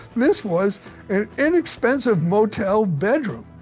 this was an inexpensive motel bedroom!